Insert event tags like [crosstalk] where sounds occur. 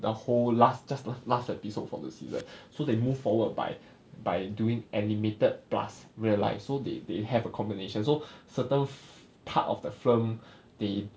the whole last just the last episode for the season [breath] so they move forward by [breath] by doing animated plus real life so they they have a combination so certain f~ part of the film [breath] they